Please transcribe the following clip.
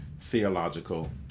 theological